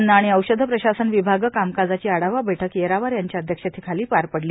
अन्न आणि औषध प्रशासन विभाग कामकाजाची आढावा बैठक येरावार यांच्या अध्यक्षतेखाली पार पडली